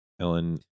Ellen